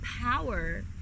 power